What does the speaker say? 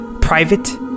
Private